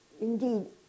indeed